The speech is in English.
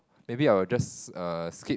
maybe I will just err skip